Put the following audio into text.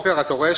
אני באמת